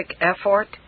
effort